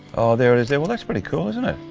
there it is there, well that's pretty cool isn't it?